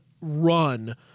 run